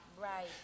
Right